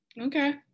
okay